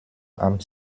harms